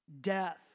death